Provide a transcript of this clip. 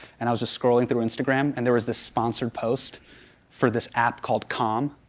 and i was just scrolling through instagram, and there was this sponsored post for this app called calm.